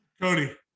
Cody